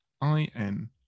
I-N